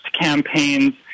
campaigns